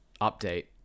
update